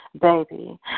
Baby